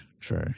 True